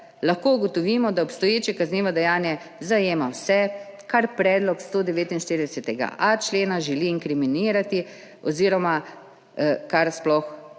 lahko ugotovimo, da obstoječe kaznivo dejanje zajema vse, kar želi predlog 149.a člena inkriminirati oziroma kar sploh